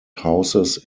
houses